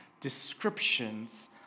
descriptions